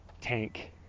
tank